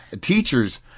Teachers